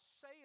say